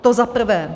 To za prvé.